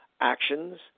actions